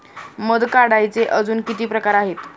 मध काढायचे अजून किती प्रकार आहेत?